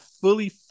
fully